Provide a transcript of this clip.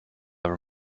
ever